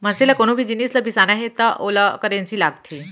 मनसे ल कोनो भी जिनिस ल बिसाना हे त ओला करेंसी लागथे